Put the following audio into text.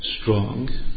strong